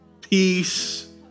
peace